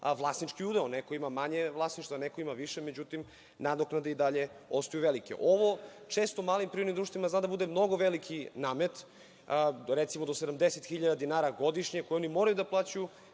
vlasnički udeo. Neko ima manje vlasništva, neko ima više, međutim nadoknade i dalje ostaju velike. Ovo često mali privrednim društvima zna da bude mnogo veliki namet, pa recimo, do 70 hiljada dinara godišnje koji oni moraju da plaćaju,